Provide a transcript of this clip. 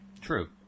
True